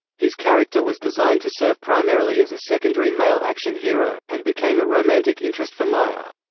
his character was designed to serve primarily as a secondary male action hero, and became a romantic interest for maya.